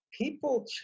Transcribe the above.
people